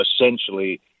essentially